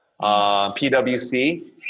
PwC